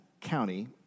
County